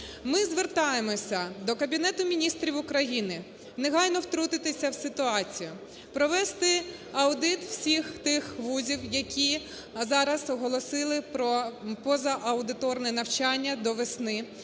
Ми звертаємося до Кабінету Міністрів України негайно втрутитися в ситуацію, провести аудит всіх тих вузів, які зараз оголосили про позааудиторне навчання до весни,